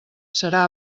serà